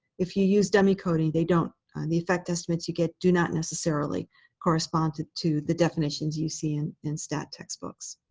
if you use dummy coding, they don't, and the effect estimates you get do not necessarily correspond to to the definitions you see in and stat textbooks.